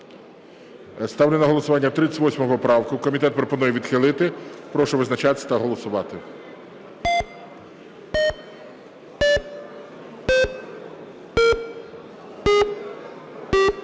Ставлю на голосування 46 поправку. Комітет пропонує відхилити. Прошу визначатись та голосувати.